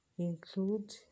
Include